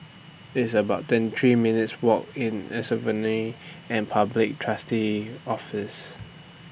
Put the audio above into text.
It's about twenty three minutes' Walk to Insolvency and Public Trustee's Office